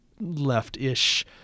left-ish